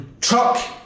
truck